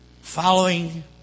following